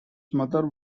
mother